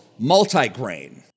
multigrain